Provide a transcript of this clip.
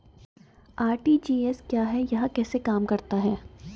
RTGS क्या है यह कैसे काम करता है?